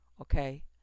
okay